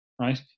right